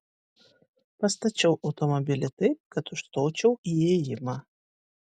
pastačiau automobilį taip kad užstočiau įėjimą